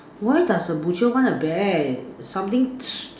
why does a butcher want a bear something st~